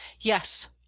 Yes